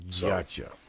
Gotcha